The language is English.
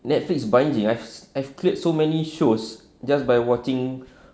Netflix binging I've I've cleared so many shows just by watching